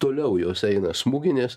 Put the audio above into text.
toliau jos eina smūginės